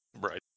Right